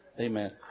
Amen